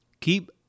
Keep